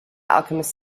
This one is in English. alchemist